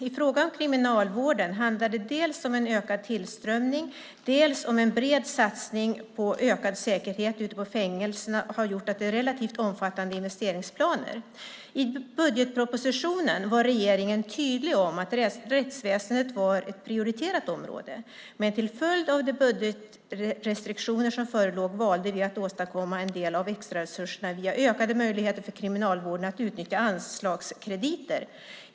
- I fråga om Kriminalvården handlar det dels om en ökad tillströmning, dels om att en bred satsning på ökad säkerhet ute på fängelserna har gjort att det är relativt omfattande investeringsplaner. I budgetpropositionen var regeringen tydlig om att rättsväsendet var ett prioriterat område. Men till följd av de budgetrestriktioner som förelåg valde vi att åstadkomma en del av extraresurserna via ökade möjligheter för Kriminalvården att utnyttja anslagskrediter.